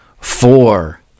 Four